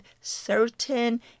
certain